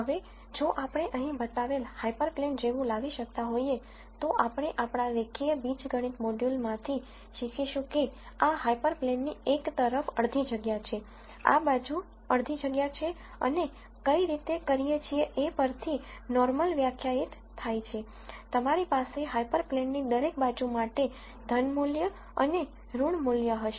હવે જો આપણે અહીં બતાવેલ હાયપરપ્લેન જેવું લાવી શકતા હોઈએ તો આપણે આપણા રેખીય બીજગણિત મોડ્યુલમાંથી શીખીશું કે આ હાયપરપ્લેન ની એક તરફ અડધી જગ્યા છે આ બાજુ અડધી જગ્યા છે અને કઈ રીતે કરીએ છીએ એ પરથી નોર્મલ વ્યાખ્યાયિત થાય છે તમારી પાસે હાયપરપ્લેનની દરેક બાજુ માટે પોઝિટિવ મૂલ્ય અને નેગેટિવ મૂલ્ય હશે